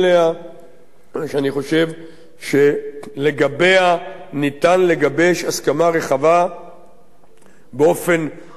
שאני חושב שלגביה ניתן לגבש הסכמה רחבה באופן מהותי,